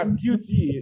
beauty